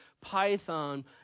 Python